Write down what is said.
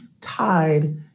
tied